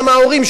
ההורים שלי.